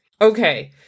Okay